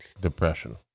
depression